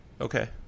okay